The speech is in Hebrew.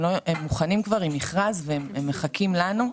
הם מוכנים כבר עם מכרז והם מחכים לנו.